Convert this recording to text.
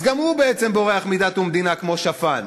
אז גם הוא, בעצם, בורח מנושאי דת ומדינה כמו שפן.